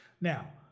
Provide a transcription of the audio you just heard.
Now